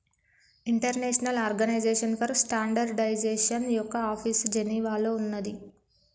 international organization for standardization యొక్క office జెనీవాలో ఉన్నాది